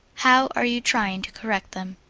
how are you trying to correct them?